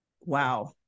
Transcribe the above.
Wow